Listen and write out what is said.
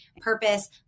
purpose